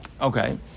Okay